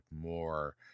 more